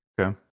Okay